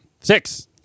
six